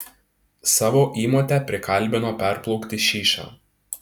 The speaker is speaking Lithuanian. savo įmotę prikalbino perplaukti šyšą